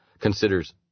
considers